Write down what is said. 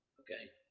okay.